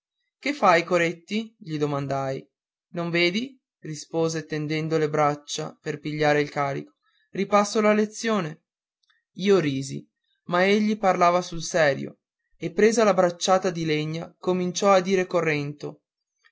che fai coretti gli domandai non vedi rispose tendendo le braccia per pigliare il carico ripasso la lezione io risi ma egli parlava sul serio e presa la bracciata di legna cominciò a dire correndo